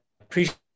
appreciate